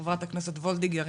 חברת הכנסת וולדיגר,